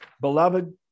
Beloved